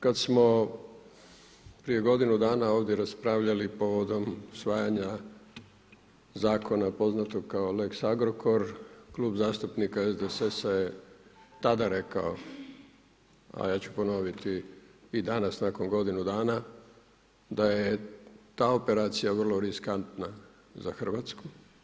Kada smo prije godinu dana ovdje raspravljali povodom usvajanja zakona poznatog kao lex Agrokor Klub zastupnika SDSS-a je tada rekao a ja ću ponoviti i danas nakon godinu dana da je ta operacija vrlo riskantna za Hrvatsku.